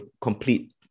complete